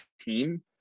team